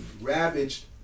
ravaged